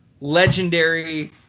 legendary